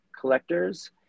collectors